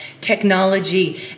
technology